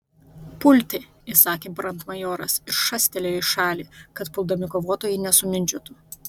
pulti įsakė brandmajoras ir šastelėjo į šalį kad puldami kovotojai nesumindžiotų